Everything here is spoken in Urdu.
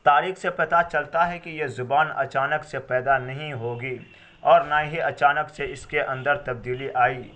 تاریخ سے پتہ چلتا ہے کہ یہ زبان اچانک سے پیدا نہیں ہوگی اور نہ ہی اچانک سے اس کے اندر تبدیلی آئی